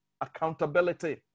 Accountability